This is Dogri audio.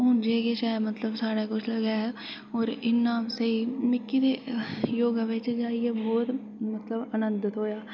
हून जे किश ऐ मतलब साढ़े कश गै होर इ'न्ना स्हेई मिकी ते योगा बिच गै आइयै बहोत मतलब आनंद थ्होया